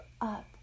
up